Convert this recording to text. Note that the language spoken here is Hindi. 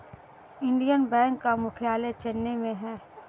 इंडियन बैंक का मुख्यालय चेन्नई में है